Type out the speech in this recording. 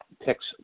picks